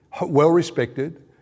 well-respected